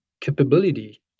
capability